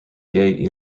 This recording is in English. gay